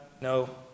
No